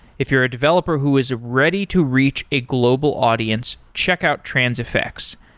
if you're a developer who is ready to reach a global audience, check out transifex.